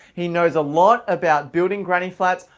he knows a lot about building granny flats,